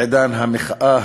בעידן המחאה